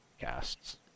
casts